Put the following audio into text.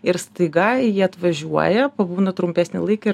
ir staiga jie atvažiuoja pabūna trumpesnį laiką ir